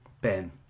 Ben